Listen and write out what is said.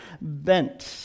bent